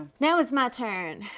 now it's my turn.